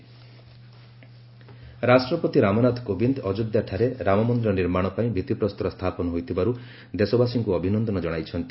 ପ୍ରେଜ୍ ରାମ ଟେମ୍ପୁଲ ରାଷ୍ଟ୍ରପତି ରାମନାଥ କୋବିନ୍ଦ ଅଯୋଧ୍ୟାଠାରେ ରାମ ମନ୍ଦିର ନିର୍ମାଣ ପାଇଁ ଭିଭିପ୍ରସ୍ତର ସ୍ଥାପନ ହୋଇଥିବାରୁ ଦେଶବାସୀଙ୍କୁ ଅଭିନନ୍ଦନ ଜଣାଇନ୍ତି